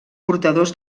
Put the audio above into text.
portadors